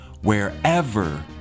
wherever